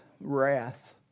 wrath